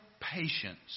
patience